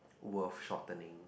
worth shortening